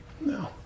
No